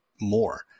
more